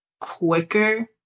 quicker